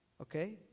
Okay